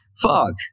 Fuck